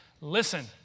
Listen